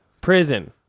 Prison